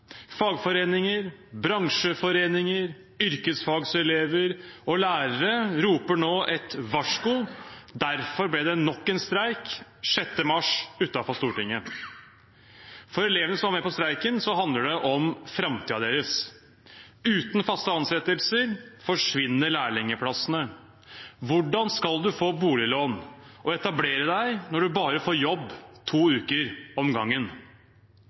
Fagforeninger, bransjeforeninger, yrkesfagelever og lærere roper nå et varsko. Derfor ble det nok en streik – 6. mars – utenfor Stortinget. For elevene som var med på streiken, handler det om framtiden deres. Uten faste ansettelser forsvinner lærlingplassene. Hvordan skal en få boliglån og etablere seg når en får jobb bare to uker om gangen?